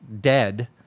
dead